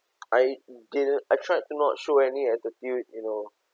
I didn't I try to not show any attitude you know